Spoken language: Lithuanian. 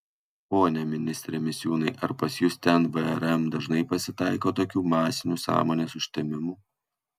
pone ministre misiūnai ar pas jus ten vrm dažnai pasitaiko tokių masinių sąmonės užtemimų